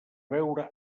veure